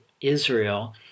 Israel